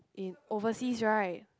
in overseas right